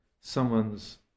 someone's